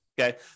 okay